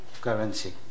currency